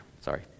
Sorry